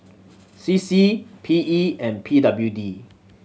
C C P E and P W D